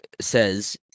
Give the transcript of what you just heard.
says